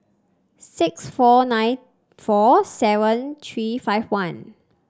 six four nine four seven three five one